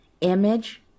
Image